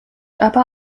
aber